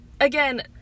again